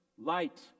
light